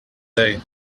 day